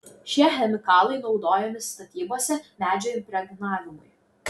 šie chemikalai naudojami statybose medžio impregnavimui